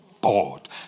bored